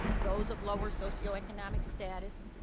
those of lower socioeconomic status,